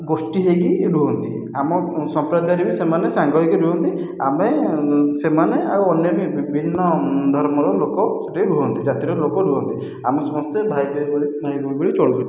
ଗୋଷ୍ଠୀ ହେଇକି ରୁହନ୍ତି ଆମ ସମ୍ପ୍ରଦାୟରେ ବି ସେମାନେ ସାଙ୍ଗ ହୋଇକି ରୁହନ୍ତି ଆମେ ସେମାନେ ଆଉ ଅନ୍ୟ ବି ବିଭିନ୍ନ ଧର୍ମର ଲୋକ ସେ'ଠି ରୁହନ୍ତି ଜାତିର ଲୋକ ରୁହନ୍ତି ଆମ ସମସ୍ତେ ଭାଇ ଭାଇ ଭଳି ଭାଇ ଭାଇ ଭଳି ଚଳୁ ସେ'ଠି